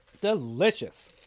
delicious